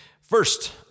First